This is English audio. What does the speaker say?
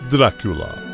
Dracula